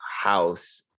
house